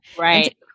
Right